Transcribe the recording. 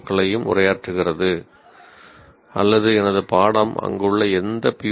க்களையும் உரையாற்றுகிறது அல்லது எனது பாடம் அங்குள்ள எந்த பி